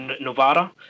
Novara